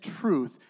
truth